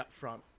upfront